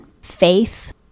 Faith